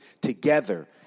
together